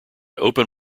open